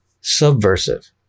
subversive